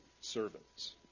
servants